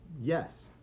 Yes